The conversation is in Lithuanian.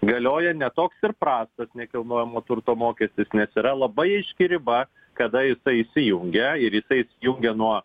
galioja ne toks ir prastas nekilnojamo turto mokestis nes yra labai aiški riba kada jisai įsijungia ir jisai įsijungia nuo